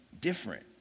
different